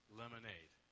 lemonade